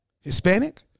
Hispanic